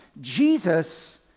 Jesus